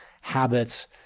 habits